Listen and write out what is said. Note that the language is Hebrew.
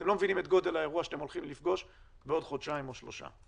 אתם לא מבינים את גודל האירוע שאתם הולכים לפגוש בעוד חודשיים או שלושה.